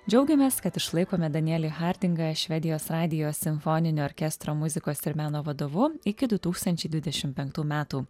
džiaugiamės kad išlaikome danielį hardingą švedijos radijo simfoninio orkestro muzikos ir meno vadovu iki du tūkstančiai dvidešim penktų metų